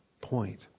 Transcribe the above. point